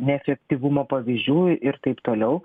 neefektyvumo pavyzdžių ir taip toliau